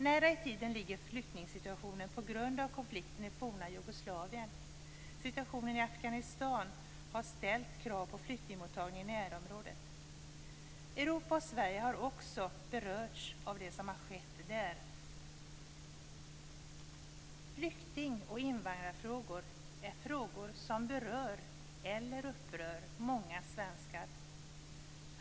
Nära i tiden ligger flyktingsituationen på grund av konflikten i forna Jugoslavien. Situationen i Afghanistan har ställt krav på flyktingmottagning i närområdet. Europa och Sverige har också berörts av det som har skett där. Flykting och invandrarfrågor är frågor som berör eller upprör många svenskar.